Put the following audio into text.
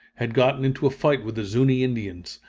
had gotten into a fight with the zuni indians,